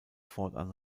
fortan